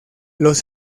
los